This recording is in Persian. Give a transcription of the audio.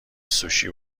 سوشی